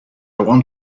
want